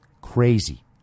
Crazy